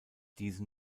diese